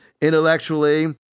intellectually